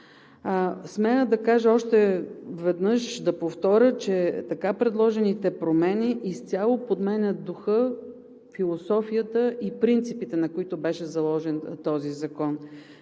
Смея да кажа още веднъж, да повторя, че така предложените промени изцяло подменят духа, философията и принципите, на които беше заложен този закон.